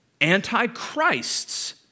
anti-Christs